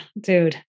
dude